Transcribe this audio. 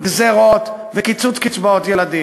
גזירות וקיצוץ קצבאות ילדים,